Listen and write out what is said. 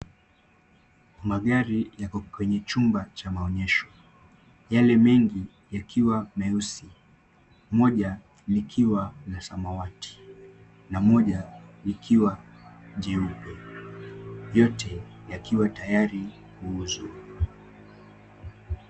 Magari yako kwenye chumba cha maonyesho, yale mengi yakiwa meusi, moja likiwa la samawati na moja likiwa jeupe, yote yakiwa tayari kuuzwa.